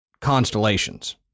constellations